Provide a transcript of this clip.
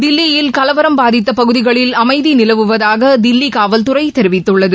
தில்லியில் கலவரம் பாதித்தப் பகுதிகளில் அமைதிநிலவுவகதாகதில்லிகாவல்துறைதெரிவித்துள்ளது